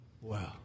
Wow